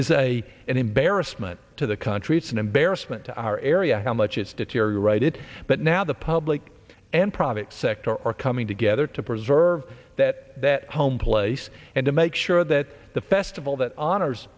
is a an embarrassment to the country it's an embarrassment to our area how much it's deteriorated but now the public and private sector are coming together to preserve that home place and to make sure that the festival that honors